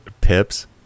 Pips